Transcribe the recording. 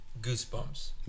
goosebumps